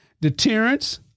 Deterrence